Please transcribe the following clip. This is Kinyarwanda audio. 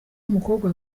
umukobwa